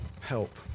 help